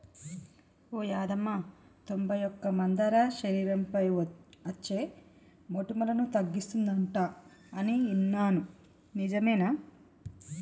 ఓ యాదమ్మ తొంబై ఒక్క మందార శరీరంపై అచ్చే మోటుములను తగ్గిస్తుందంట అని ఇన్నాను నిజమేనా